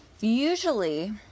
usually